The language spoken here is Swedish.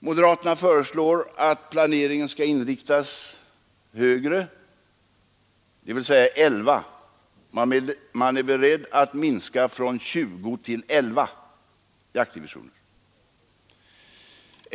Moderaterna föreslår att planeringen skall inriktas högre, dvs. de är beredda att minska antalet jaktdivisioner från 20 till 11.